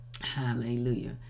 Hallelujah